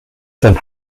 sein